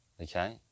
Okay